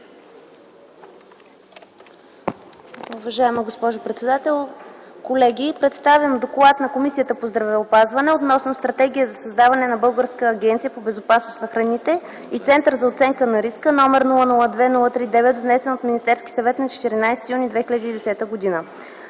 Уважаема госпожо председател, колеги! Представям: „ДОКЛАД на Комисията по здравеопазване относно Стратегия за създаване на Българска агенция по безопасност на храните и Център за оценка на риска, № 002-03-9, внесена от Министерски съвет на 14 юни 2010 г.